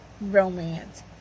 romance